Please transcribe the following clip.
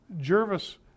Jervis